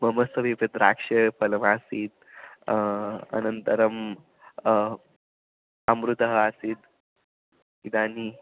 मम समीपे द्राक्षाफलमासीत् अनन्तरम् अमृतः आसीत् इदनीं